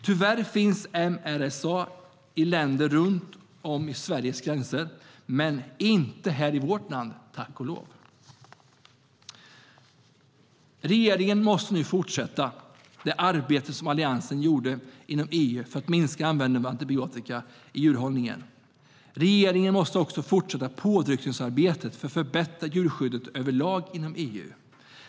Tyvärr finns MRSA i länder runt om Sveriges gränser men inte här i vårt land, tack och lov. Regeringen måste nu fortsätta det arbete som Alliansen gjorde inom EU för att minska användningen av antibiotika i djurhållningen. Regeringen måste också fortsätta påtryckningsarbetet för att förbättra djurskyddet överlag inom EU.